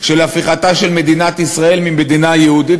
של הפיכתה של מדינת ישראל ממדינה יהודית